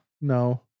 No